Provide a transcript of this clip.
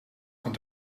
van